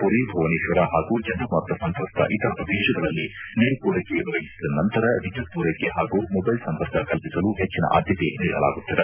ಪುರಿ ಭುವನೇಶ್ವರ ಹಾಗೂ ಚಂಡಮಾರುತ ಸಂತ್ರಸ್ತ ಇತರ ಪ್ರದೇಶಗಳಲ್ಲಿ ನೀರು ಪೂರೈಕೆ ಒದಗಿಸಿದ ನಂತರ ವಿದ್ಯುತ್ ಪೂರೈಕೆ ಹಾಗೂ ಮೊಬೈಲ್ ಸಂಪರ್ಕ ಕಲ್ಪಿಸಲು ಹೆಚ್ಚಿನ ಆದ್ಯತೆ ನೀಡಲಾಗುತ್ತಿದೆ